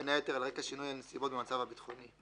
בין היתר על רקע שינוי הנסיבות במצב הביטחוני,